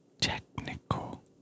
technical